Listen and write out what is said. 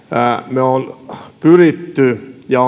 me olemme pyrkineet siihen ja